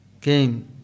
Came